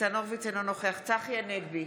ניצן הורוביץ, אינו נוכח צחי הנגבי,